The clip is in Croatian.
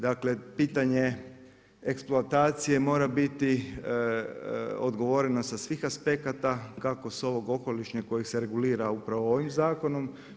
Dakle pitanje eksploatacije mora biti odgovoreno sa svih aspekata kako sa ovog okolišnog koji se regulira upravo ovim zakonom.